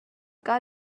got